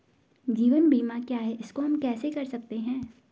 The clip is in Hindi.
जीवन बीमा क्या है इसको हम कैसे कर सकते हैं?